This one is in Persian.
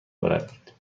بروید